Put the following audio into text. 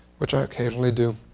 which i occasionally do.